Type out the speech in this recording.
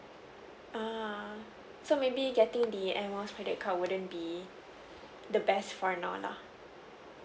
uh so maybe getting the Air Miles credit card wouldn't be the best for now lah